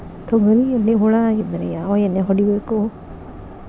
ತೊಗರಿಯಲ್ಲಿ ಹುಳ ಆಗಿದ್ದರೆ ಯಾವ ಎಣ್ಣೆ ಹೊಡಿಬೇಕು?